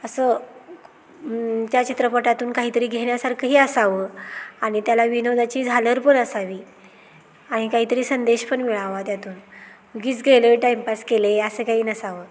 असं त्या चित्रपटातून काहीतरी घेण्यासारखंही असावं आणि त्याला विनोदाची झालर पण असावी आणि काहीतरी संदेश पण मिळावा त्यातून उगीच गेलो आहे टाईमपास केलं आहे असं काही नसावं